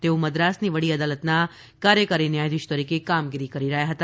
તેઓ મદ્રાસની વડી અદાલતના કાર્યકારી ન્યાયાધીશ તરીકે કામગીરી કરી રહ્યા હતા